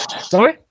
Sorry